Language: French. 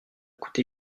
coûté